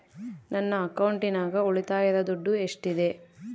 ನನ್ನ ಅಕೌಂಟಿನಾಗ ಉಳಿತಾಯದ ದುಡ್ಡು ಎಷ್ಟಿದೆ?